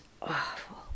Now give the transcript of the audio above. awful